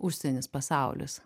užsienis pasaulis